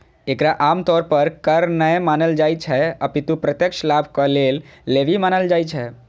एकरा आम तौर पर कर नै मानल जाइ छै, अपितु प्रत्यक्ष लाभक लेल लेवी मानल जाइ छै